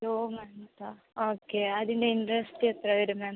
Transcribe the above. to മന്ത്സോ okay അതിന് interest എത്ര വരും മാം